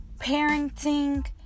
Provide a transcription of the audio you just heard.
parenting